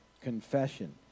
confession